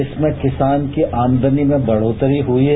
इसमें किसान की आमदनी में बढ़ोतरी हुई है